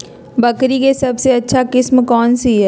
बकरी के सबसे अच्छा किस्म कौन सी है?